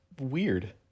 weird